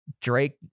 Drake